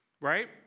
right